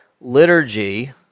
liturgy